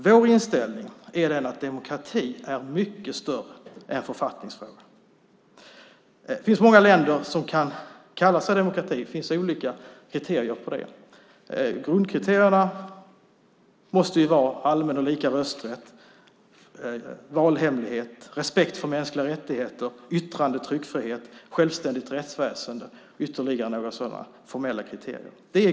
Vår inställning är att demokrati är mycket mer än författningsfrågor. Det finns många länder som kan kalla sig demokratier. Det finns olika kriterier för det. Grundkriterierna måste vara allmän och lika rösträtt, valhemlighet, respekt för mänskliga rättigheter, yttrande och tryckfrihet, självständigt rättsväsen och ytterligare några sådana formella kriterier.